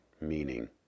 meaning